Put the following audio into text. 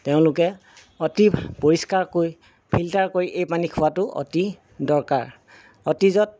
তেওঁলোকে অতি পৰিষ্কাৰকৈ ফিল্টাৰ কৰি এই পানী খোৱাটো অতি দৰকাৰ অতীজত